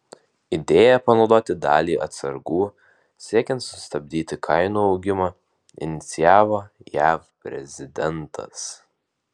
idėją panaudoti dalį atsargų siekiant sustabdyti kainų augimą inicijavo jav prezidentas